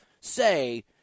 say